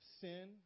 sin